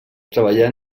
treballar